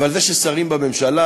ורואה ששרים בממשלה,